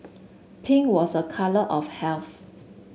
pink was a colour of health